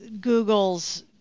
Google's